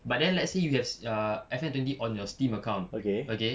but then let's say you have uh F_M twenty on your steam account okay